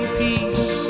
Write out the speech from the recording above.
peace